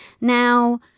Now